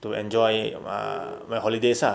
to enjoy my holidays ah